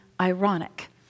ironic